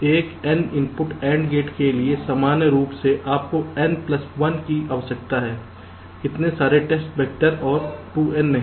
तो एक n input AND gate के लिए सामान्य रूप से आपको n प्लस 1 की आवश्यकता है इतने सारे टेस्ट वैक्टर और 2n नहीं